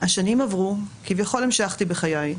השנים עברו, כביכול המשכתי בחיי,